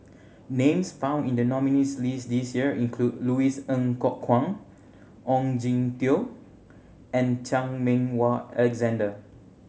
names found in the nominees' list this year include Louis Ng Kok Kwang Ong Jin Teong and Chan Meng Wah Alexander